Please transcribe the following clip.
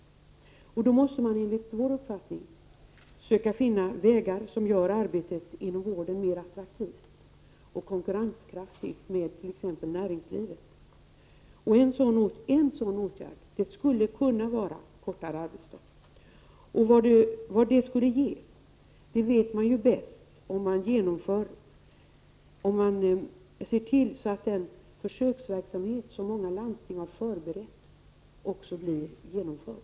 Enligt vår uppfattning måste man då söka finna vägar som gör arbetet inom vården mer attraktivt och konkurrenskraftigt jämfört med arbete t.ex. inom näringslivet. En sådan åtgärd skulle kunna vara kortare arbetsdag. Vad det skulle kunna ge vet man bäst om man ser till att den försöksverksamhet som många landsting har förberett också genomförs.